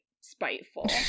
spiteful